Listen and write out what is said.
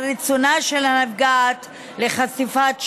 אף על רצונה של הנפגעת לחשיפת שמה.